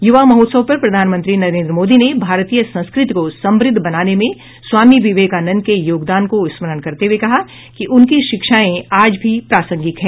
युवा महोत्सव पर प्रधानमंत्री नरेन्द्र मोदी ने भारतीय संस्कृति को समृद्ध बनाने में स्वामी विवेकानंद के योगदान को स्मरण करते हुए कहा कि उनकी शिक्षाएं आज भी प्रासंगिक है